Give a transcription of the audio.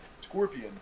scorpion